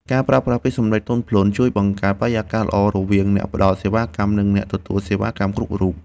ការប្រើប្រាស់ពាក្យសម្ដីទន់ភ្លន់ជួយបង្កើតបរិយាកាសល្អរវាងអ្នកផ្ដល់សេវាកម្ម និងអ្នកទទួលសេវាកម្មគ្រប់រូប។